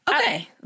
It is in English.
Okay